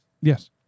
Yes